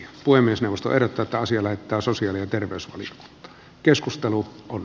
puhemiesneuvosto erotetaan sillä että sosiaali terveys oli keskustelu on